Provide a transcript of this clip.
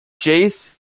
Jace